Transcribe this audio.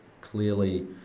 clearly